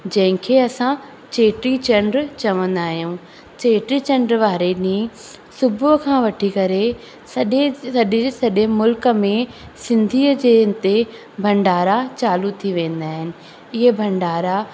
जंहिंखे असां चेटीचंडु चवंदा आहियूं चेटीचंडु वारे ॾींहुं सुबुह खां वठी करे सॼे जे सॼे मुल्क में सिंधीअ जे हिते भंडारा चालू थी वेंदा आहिनि इहे भंडारा